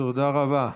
תודה רבה.